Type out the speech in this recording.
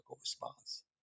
response